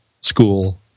school